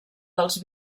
dels